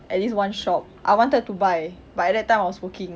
at this one shop I wanted to buy but at that time I was working